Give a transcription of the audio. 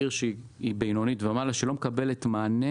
עיר שהיא בינונית ומעלה שלא מקבלת מענה